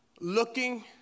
Looking